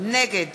נגד